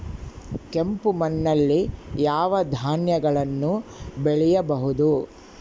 ಕೆಂಪು ಮಣ್ಣಲ್ಲಿ ಯಾವ ಧಾನ್ಯಗಳನ್ನು ಬೆಳೆಯಬಹುದು?